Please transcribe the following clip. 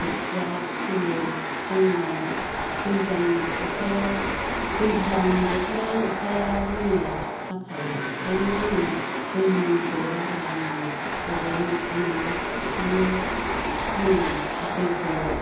खोथिया फोयो जोंनिया दैज्लां अखायाव दैज्लां बोथोराव अखाया जोंनिया हाखायो ओंखायनो जोङो दैनिखो बारा जोङो प्रब्लेम मोना ओंखायनो जोङो दैखो